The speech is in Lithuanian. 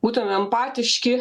būtumėm empatiški